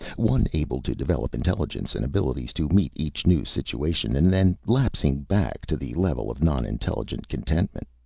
one able to develop intelligence and abilities to meet each new situation and then lapsing back to the level of non-intelligent contentment?